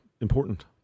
important